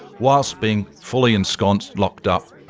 whilst being fully ensconced, locked up,